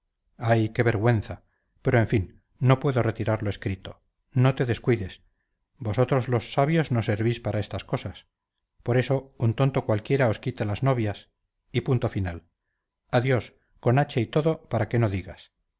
ay qué vergüenza pero en fin no puedo retirar lo escrito no te descuides vosotros los sabios no servís para estas cosas por eso un tonto cualquiera os quita las novias y punto final hadiós con hache y todo para que no digas